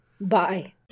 Bye